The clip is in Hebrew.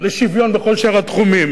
לשוויון בכל שאר התחומים